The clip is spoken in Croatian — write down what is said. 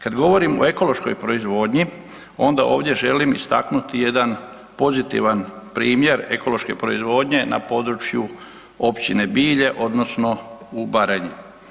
Kada govorimo o ekološkoj proizvodnji onda ovdje želim istaknuti jedan pozitivan primjer ekološke proizvodnje na području Općine Bilje odnosno u Baranji.